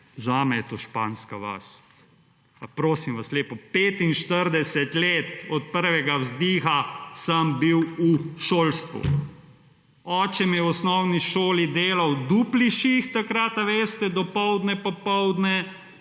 zame je to španska vas. Pa prosim vas lepo, 45 let od prvega vzdiha sem bil v šolstvu. Oče mi je v osnovni šoli delal dupli šihrt takrt, a veste, dopoldne, popoldne